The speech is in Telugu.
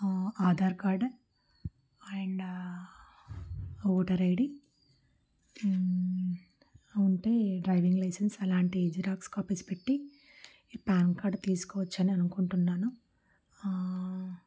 Aadhaar card and voter ID ఉంటే డ్రైవింగ్ లైసెన్స్ అలాంటి జీరాక్స్ కాపీస్ పెట్టి ఈ పాన్ కార్డ్ తీసుకోవచ్చు అని అనుకుంటున్నాను